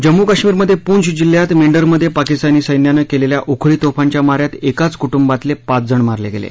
जम्मू काश्मीर मध्ये पूंछ जिल्ह्यात मेंढरमध्ये पाकिस्तानी सैन्यानं केलेल्या उखळी तोफांच्या माऱ्यात एकाच कुटुंबातले पाचजण मारले गेले